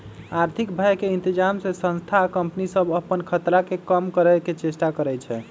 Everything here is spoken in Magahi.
आर्थिक भय के इतजाम से संस्था आ कंपनि सभ अप्पन खतरा के कम करए के चेष्टा करै छै